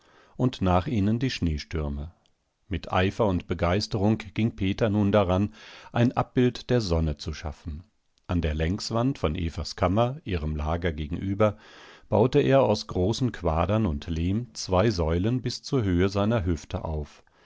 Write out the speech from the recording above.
und nach ihnen die schneestürme mit eifer und begeisterung ging peter nun daran ein abbild der sonne zu schaffen an der längswand von evas kammer ihrem lager gegenüber baute er aus großen quadern und lehm zwei säulen bis zur höhe seiner hüfte auf